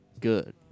good